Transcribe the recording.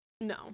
no